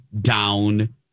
down